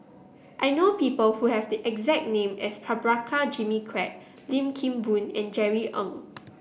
I know people who have the exact name as Prabhakara Jimmy Quek Lim Kim Boon and Jerry Ng